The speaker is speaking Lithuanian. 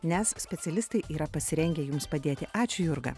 nes specialistai yra pasirengę jums padėti ačiū jurga